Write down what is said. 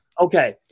Okay